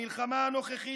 המלחמה הנוכחית,